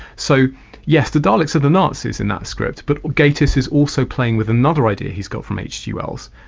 so yes, the daleks are the nazis in that script, but gatiss is also playing with another idea he's got from hg wells,